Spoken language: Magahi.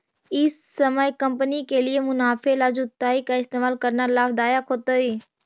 ई समय कंपनी के लिए मुनाफे ला जुताई का इस्तेमाल करना लाभ दायक होतई